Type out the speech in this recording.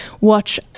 watch